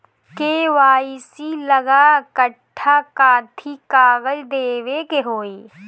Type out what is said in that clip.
KYC ला कट्ठा कथी कागज देवे के होई?